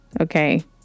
Okay